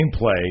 gameplay